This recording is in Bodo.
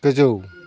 गोजौ